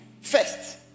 first